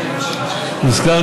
אנחנו,